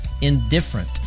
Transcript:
indifferent